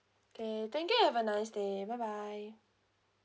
okay thank you have a nice day bye bye